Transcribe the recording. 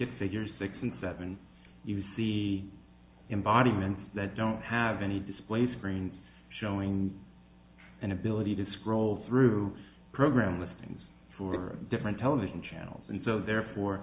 at figures six and seven you see the embodiment that don't have any display screens showing an ability to scroll through program listings for different television channels and so therefore